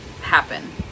happen